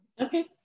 Okay